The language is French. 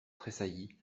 tressaillit